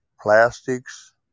Plastics